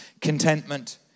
contentment